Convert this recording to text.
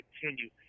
continue